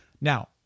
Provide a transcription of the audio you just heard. Now